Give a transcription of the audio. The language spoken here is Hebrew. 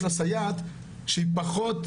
יש לה סייעת שהיא פחות,